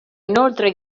inoltre